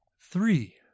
Three